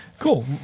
Cool